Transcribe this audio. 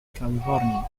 california